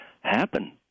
happen